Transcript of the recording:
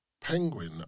penguin